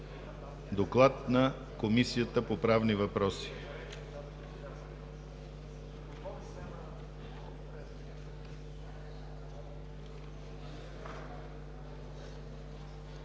доклада на Комисията по правни въпроси